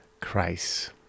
Christ